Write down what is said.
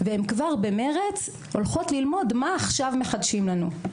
והן כבר במרץ הולכות ללמוד מה מחדשים לנו עכשיו.